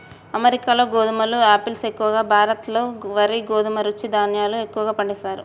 అమెరికాలో గోధుమలు ఆపిల్స్ ఎక్కువ, భారత్ లో వరి గోధుమ చిరు ధాన్యాలు ఎక్కువ పండిస్తారు